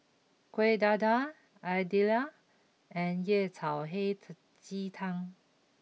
Kuih Dadar Idly and Yao Cai Hei Ji Tang